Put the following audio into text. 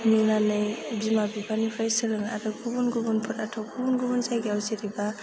नुनानै बिमा बिफानिफ्राय सोलोङो आरो गुबुन गुबुनफोराथ' गुबुन गुबुन जायगायाव जेरैबा